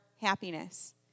happiness